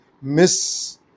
miss